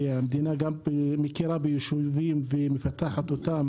לכך שכשהמדינה מכירה ביישובים ומפתחת אותם